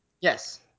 Yes